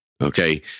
okay